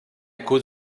cause